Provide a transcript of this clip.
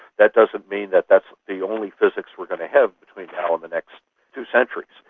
that doesn't mean that that's the only physics we're going to have between now and the next two centuries.